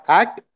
act